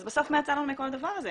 אז בסוף מה יצא לנו מכל הדבר הזה?